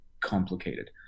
complicated